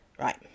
Right